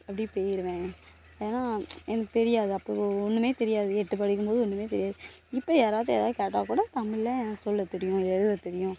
அப்படி போயிடுவேன் ஏன்னா எனக்கு தெரியாது அப்போது ஒன்றுமே தெரியாது எட்டு படிக்கும் போது ஒன்றுமே தெரியாது இப்போ யாராவது ஏதாவது கேட்டால் கூட தமிழ்ல எனக்கு சொல்ல தெரியும் எழுத தெரியும்